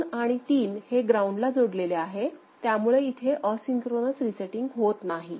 2 आणि 3 हे ग्राउंड ला जोडलेले आहे त्यामुळे इथे असिंक्रोनस रीसेटिंग होत नाही